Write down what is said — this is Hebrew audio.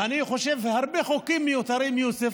ואני חושב שהרבה חוקים מיותרים, יוסף,